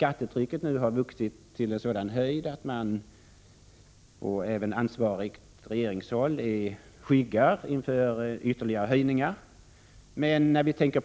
Skattetrycket har nu vuxit så kraftigt att man även på ansvarigt regeringshåll skyggar inför ytterligare skattehöjningar.